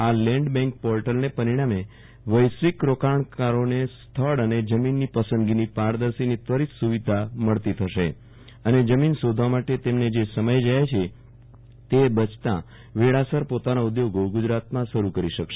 આ land bank પોર્ટલને પરિણામે વૈશ્વિક રોકાણકારોને સ્થળ અને જમીનની પસંદગીની પારદર્શી અને ત્વરીત સુવિધા મળતી થશે અને જમીન શોધવા માટે તેમને જે સમય જાય છે તે બચતા વેળાસર પોતાના ઉદ્યોગ ગુજરાતમાં શરૂ કરી શકશે